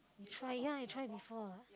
try yeah you try before